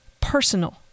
personal